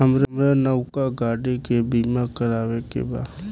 हामरा नवका गाड़ी के बीमा करावे के बा